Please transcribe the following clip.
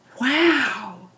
wow